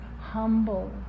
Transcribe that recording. humble